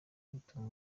bituma